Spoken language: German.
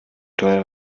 teuer